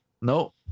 No